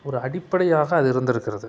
ஒரு அடிப்படையாக அது இருந்திருக்கிறது